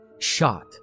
shot